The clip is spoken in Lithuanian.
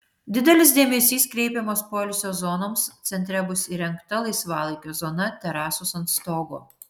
didelis dėmesys kreipiamas poilsio zonoms centre bus įrengta laisvalaikio zona terasos ant stogo